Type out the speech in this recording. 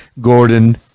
gordon